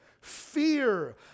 Fear